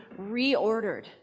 reordered